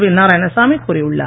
we Narayanasamy கூறி உள்ளார்